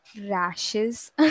rashes